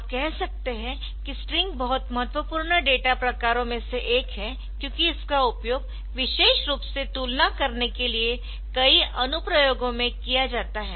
आप कह सकते है कि स्ट्रिंग बहुत महत्वपूर्ण डेटा प्रकारों में से एक है क्योंकि इसका उपयोग विशेष रूप से तुलना करने के लिए कई अनुप्रयोगों में किया जाता है